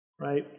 right